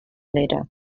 litter